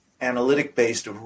analytic-based